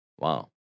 Wow